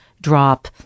drop